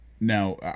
Now